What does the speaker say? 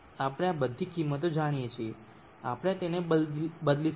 આપણે આ બધી કિંમતો જાણીએ છીએ આપણે તેને બદલી શકીએ